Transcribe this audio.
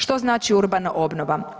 Što znači urbana obnova?